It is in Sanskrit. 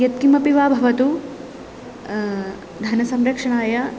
यत्किमपि वा भवतु धनसंरक्षणाय